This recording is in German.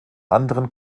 anderen